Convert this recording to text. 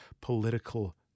political